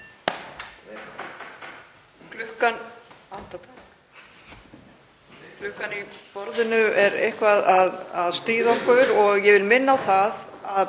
Klukkan í borðinu er eitthvað að stríða okkur. En ég vil minna á það að